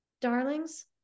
darlings